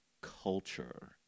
culture